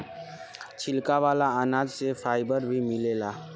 छिलका वाला अनाज से फाइबर भी मिलेला